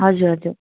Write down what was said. हजुर हजुर